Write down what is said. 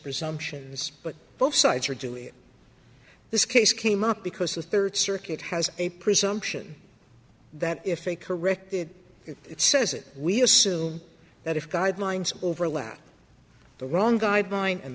presumptions but both sides are doing this case came up because the third circuit has a presumption that if they corrected it it says it we assume that if guidelines overlap the wrong guideline and